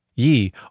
Ye